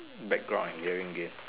background I am hearing again